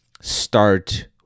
start